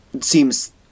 seems